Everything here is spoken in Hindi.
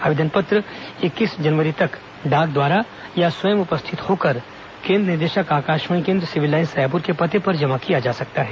आवेदन पत्र इक्कीस जनवरी तक डाक द्वारा अथवा स्वयँ उपस्थित होकर केन्द्र निदेशक आकाशवाणी केन्द्र सिविल लाईन्स रायपुर के पते पर जमा किया जा सकता है